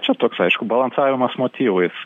čia toks aišku balansavimas motyvais